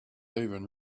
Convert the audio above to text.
even